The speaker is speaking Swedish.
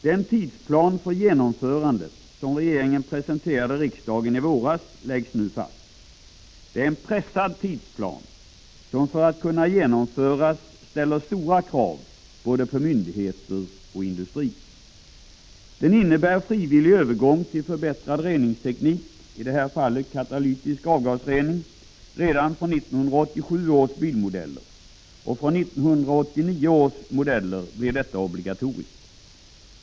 Den tidsplan för genomförandet som regeringen presenterade riksdagen i våras läggs nu fast. Det är en pressad tidsplan, som för att kunna genomföras ställer stora krav på både myndigheter och industri. Den innebär frivillig övergång till förbättrad reningsteknik — i det här fallet katalytisk avgasrening — redan fr.o.m. 1987 års bilmodeller. fr.o.m. 1989 års modeller blir detta obligatoriskt.